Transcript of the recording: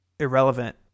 irrelevant